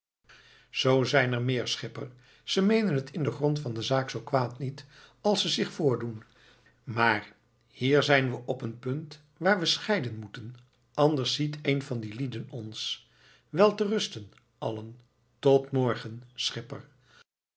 zoo zijn er meer schipper ze meenen het in den grond van de zaak zoo kwaad niet als ze zich voordoen maar hier zijn we op een punt waar we scheiden moeten anders ziet een van die lieden ons wel te rusten allen tot morgen schipper